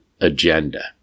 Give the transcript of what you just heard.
agenda